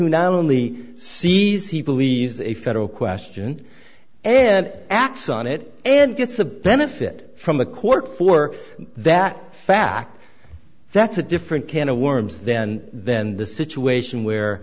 now only sees he believes a federal question and acts on it and gets a benefit from the court for that fact that's a different can of worms then then the situation where